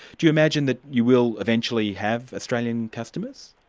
do you imagine that you will eventually have australian customers?